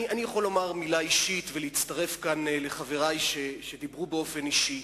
אני יכול לומר מלה אישית ולהצטרף כאן לחברי שדיברו באופן אישי: